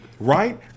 Right